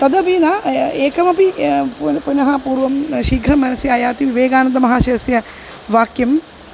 तदपि न एकमपि पुनः पुनः पूर्वं शीघ्रं मनसि आयाति विवेकानन्दमहाशयस्य वाक्यं